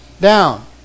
down